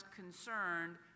concerned